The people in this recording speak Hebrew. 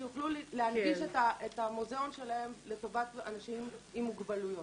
להנגיש את המוזיאון שלהם לטובת אנשים עם מוגבלויות.